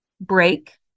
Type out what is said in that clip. break